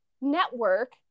network